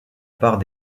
part